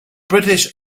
british